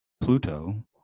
Pluto